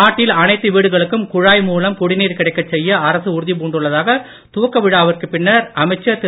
நாட்டில் எல்லா வீடுகளுக்கும் குழாய் மூலம் குடிநீர் கிடைக்கச் செய்ய அரசு உறுதிப் பூண்டுள்ளதாக துவக்க விழாவிற்கு பின்னர் அமைச்சர் திரு